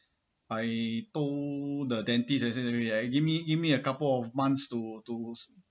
I told the dentist and said give me give me a couple of months to to